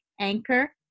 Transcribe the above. anchor